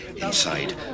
inside